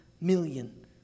million